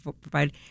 provide